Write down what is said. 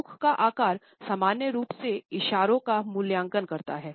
मुख का आकार सामान्य रूप से इशारों का मूल्यांकन करता है